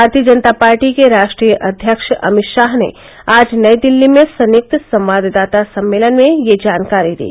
भारतीय जनता पार्टी के राष्ट्रीय अध्यक्ष अमित शाह ने आज नई दिल्ली में संयुक्त संवाददाता सम्मेलन में यह जानकारी दी